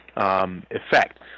effect